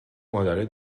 مادرای